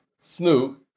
Snoop